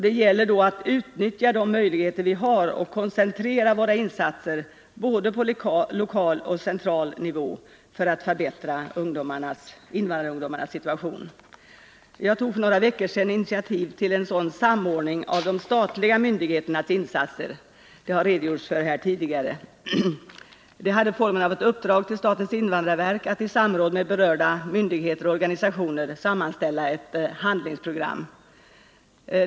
Det gäller att utnyttja de möjligheter vi har och koncentrera våra 21 insatser, på både lokal och central nivå, för att förbättra invandrarungdomens situation. Jag tog för några veckor sedan initiativ till en sådan samordning för de statliga myndigheternas insatser. Det har tidigare här redogjorts för detta. Det hade formen av ett uppdrag till statens invandrarverk att i samråd med berörda myndigheter och organisationer sammanställa ett handlingsprogram.